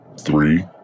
three